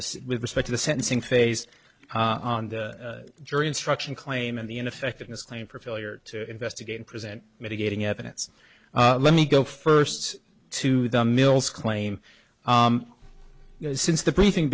the with respect to the sentencing phase on the jury instruction claim and the ineffectiveness claim for failure to investigate and present mitigating evidence let me go first to the mills claim since the briefing